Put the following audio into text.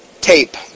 tape